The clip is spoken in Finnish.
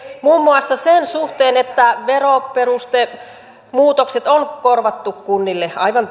muun muassa sen suhteen että veroperustemuutokset on korvattu kunnille aivan